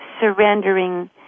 surrendering